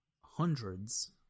Hundreds